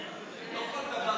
ההסתייגות (8)